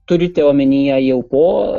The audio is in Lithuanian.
turite omenyje jau po